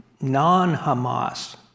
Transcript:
non-Hamas